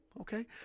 Okay